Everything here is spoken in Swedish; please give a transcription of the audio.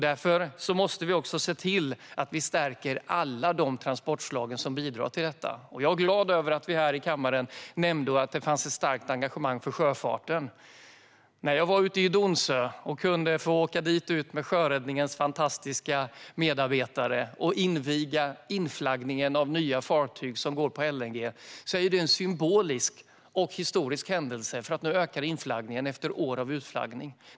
Därför måste vi också se till att stärka alla de transportslag som bidrar till detta. Jag är glad över att vi här i kammaren nämnde sjöfarten och att det finns ett starkt engagemang för den. När jag var ute på Donsö och kunde få åka ut dit med Sjöräddningens fantastiska medarbetare för att inviga inflaggningen av nya fartyg som går på LNG var det en symbolisk och historisk händelse. Nu ökar nämligen inflaggningen efter år av utflaggning.